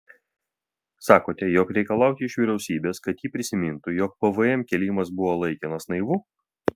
sakote jog reikalauti iš vyriausybės kad ji prisimintų jog pvm kėlimas buvo laikinas naivu